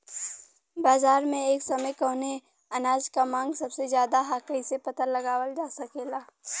बाजार में एक समय कवने अनाज क मांग सबसे ज्यादा ह कइसे पता लगावल जा सकेला?